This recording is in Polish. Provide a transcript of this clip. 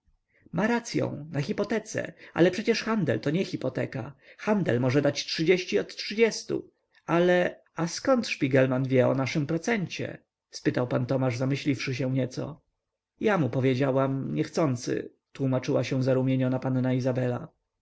ma racyą na hipotece ale przecież handel to nie hipoteka handel może dać trzydzieści od trzydziestu ale a zkąd szpigelman wie o naszym procencie spytał pan tomasz zamyśliwszy się nieco ja mu powiedziałam niechcący tłumaczyła się zarumieniona panna izabela